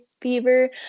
fever